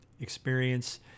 experience